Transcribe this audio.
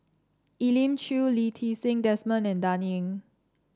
Elim Chew Lee Ti Seng Desmond and Dan Ying